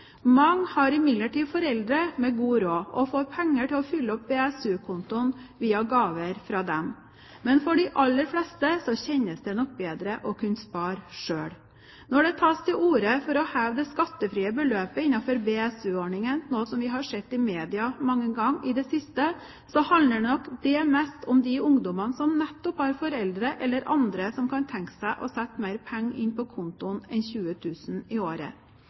Mange har imidlertid foreldre med god råd, og får penger til å fylle opp BSU-kontoen via gaver fra dem. Men for de aller fleste kjennes det nok bedre å kunne spare selv. Når det tas til orde for å heve det skattefrie beløpet innenfor BSU-ordningen, noe vi har sett i media mange ganger i det siste, så handler nok det mest om nettopp de ungdommene som har foreldre eller andre som kunne tenke seg å sette mer penger inn på kontoen enn 20 000 i året.